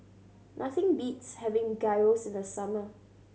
nothing beats having Gyros in the summer